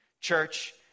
church